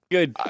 Good